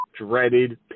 dreaded